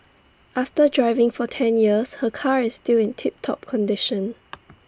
after driving for ten years her car is still in tip top condition